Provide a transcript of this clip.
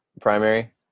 primary